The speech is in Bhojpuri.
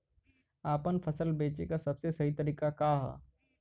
आपन फसल बेचे क सबसे सही तरीका का ह?